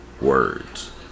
words